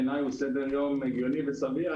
בעיניי זה סדר זמנים הגיוני וסביר.